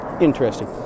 interesting